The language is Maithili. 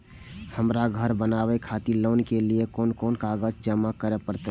हमरा घर बनावे खातिर लोन के लिए कोन कौन कागज जमा करे परते?